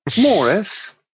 Morris